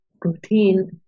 routine